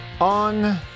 on